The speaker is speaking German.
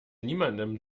niemandem